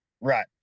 Right